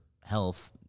health